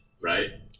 right